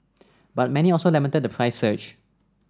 but many also lamented the price surge